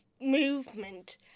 movement